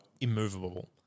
Immovable